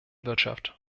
wirtschaft